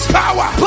power